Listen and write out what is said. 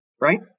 right